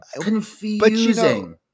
confusing